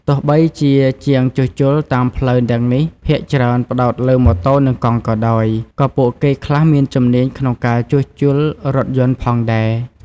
ទោះបីជាជាងជួសជុលតាមផ្លូវទាំងនេះភាគច្រើនផ្តោតលើម៉ូតូនិងកង់ក៏ដោយ ក៏ពួកគេខ្លះមានជំនាញក្នុងការជួសជុលរថយន្តផងដែរ។